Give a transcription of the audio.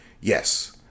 yes